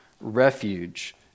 refuge